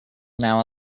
now